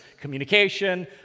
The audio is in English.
communication